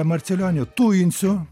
marcelionį tujinsiu